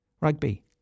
Rugby